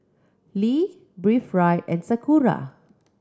Lee Breathe Right and Sakura